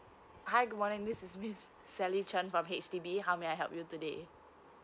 hi good morning this is miss sally chan from H_D_B how may I help you today